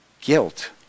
guilt